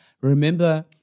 Remember